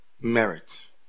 merit